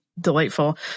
delightful